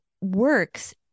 works